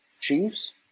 Chiefs